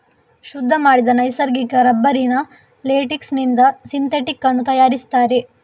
ಶುದ್ಧ ಮಾಡಿದ ನೈಸರ್ಗಿಕ ರಬ್ಬರಿನ ಲೇಟೆಕ್ಸಿನಿಂದ ಸಿಂಥೆಟಿಕ್ ಅನ್ನು ತಯಾರಿಸ್ತಾರೆ